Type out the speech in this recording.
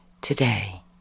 today